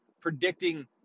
predicting